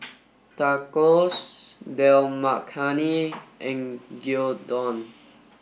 Tacos Dal Makhani and Gyudon